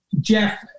Jeff